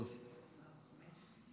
אדוני היושב-ראש,